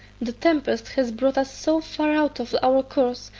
the tempest has brought us so far out of our course,